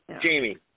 Jamie